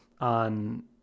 on